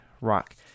rock